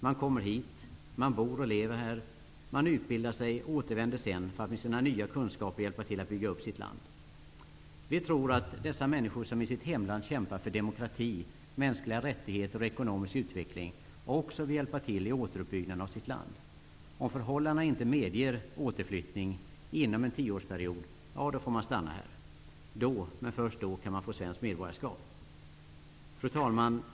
Man kommer hit, man bor och lever här, man utbildar sig och återvänder sedan för att med sina nya kunskaper hjälpa till att bygga upp sitt land. Vi tror att dessa människor som i sitt hemland kämpat för demokrati, mänskliga rättigheter och ekonomisk utveckling också vill hjälpa till i återuppbyggnaden av sitt land. Om förhållandena inte medger återflyttning inom en tioårsperiod får man stanna här. Då -- men först då -- kan man få svenskt medborgarskap. Fru talman!